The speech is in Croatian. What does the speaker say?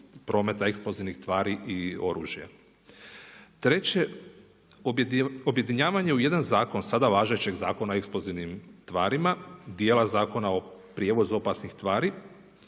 prometa eksplozivnih tvari i oružja. Treće, objedinjavanje u jedan zakon sada važećeg Zakona o eksplozivnim tvarima, dijela Zakona o prijevozu opasnih tvari,